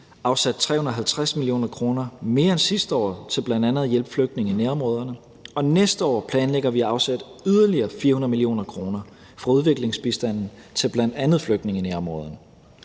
afsat 350 mio. kr. mere end sidste år til bl.a. at hjælpe flygtninge i nærområderne, og næste år planlægger vi at afsætte yderligere 400 mio. kr. fra udviklingsbistanden til bl.a. flygtninge i nærområderne.